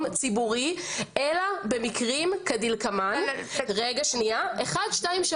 ציבורי אלא במקרים כדלקמן ומונים את המקרים.